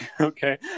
Okay